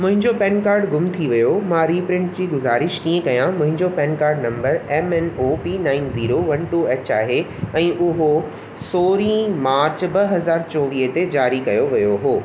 मुंहिंजो PAN card ग़ुम थी वियो मां रीप्रिंट जी गुज़ारिश कीअं कयां मुंहिंजो PAN card number M N O P nine zero one two H आहे ऐं उहो सोरहीं मार्च ॿ हज़ार चोवीह ते जारी कयो वियो हो